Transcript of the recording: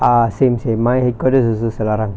ah same same mine headquarters also selarang